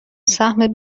سهم